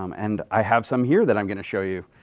um and i have some here that i'm going to show you.